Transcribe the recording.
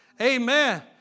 Amen